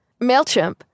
MailChimp